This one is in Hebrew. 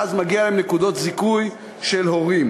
ואז מגיעות להם נקודות זיכוי של הורים.